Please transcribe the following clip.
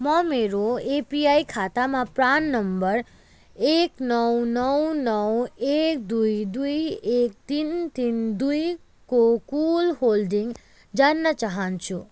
म मेरो एपिवाई खातामा प्रान नम्बर एक नौ नौ नौ नौ एक दुई दुई एक तिन तिन दुईको कुल होल्डिङ जान्न चाहन्छु